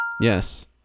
Yes